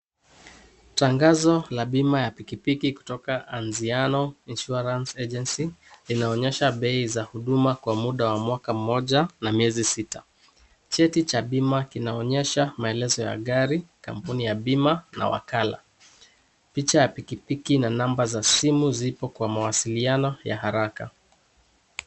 Tangazo la bima ya pikipiki kutoka Anziano insurance agency inaonyesha bei za huduma kwa muda wa mwaka mmoja na miezi sita. Cheti cha bima kinaonyesha maelezo ya gari, kampuni ya bima na wakala. Picha ya pikipiki na namba za simu zipo kwa mawasiliano ya haraka.